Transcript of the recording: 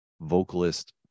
vocalist